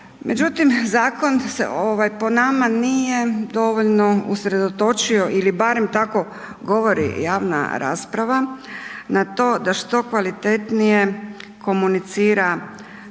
Međutim, zakon se po nama nije dovoljno usredotočio ili barem tako govori javna rasprava na to da što kvalitetnije komunicira